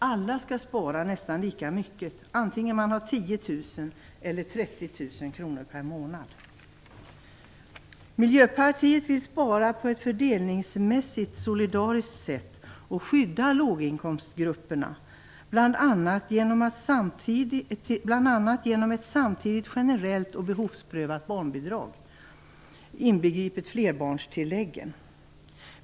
Alla skall spara nästan lika mycket, oavsett om de tjänar 10 000 eller Miljöpartiet vill spara på ett fördelningsmässigt solidariskt sätt och skydda låginkomstgrupperna, bl.a. genom ett samtidigt generellt och behovsprövat barnbidrag inbegripet flerbarnstilläggen.